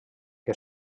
que